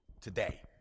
today